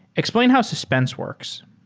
explain how suspense works.